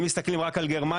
אם מסתכלים רק על גרמניה,